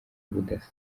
ubudasa